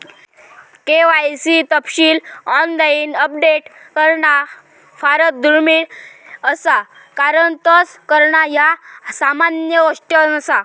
KYC तपशील online update करणा फारच दुर्मिळ असा कारण तस करणा ह्या सामान्य गोष्ट नसा